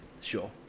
Sure